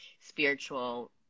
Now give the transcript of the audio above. spiritual